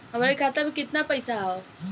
हमरे खाता में कितना पईसा हौ?